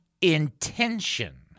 intention